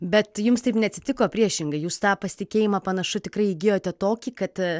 bet jums taip neatsitiko priešingai jūs tą pasitikėjimą panašu tikrai įgijote tokį kad